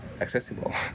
accessible